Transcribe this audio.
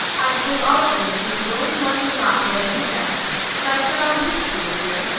i'd told all of them that you were the only one in the lot who had any sense and i'd said i wished you were here,